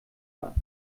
war